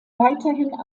weiterhin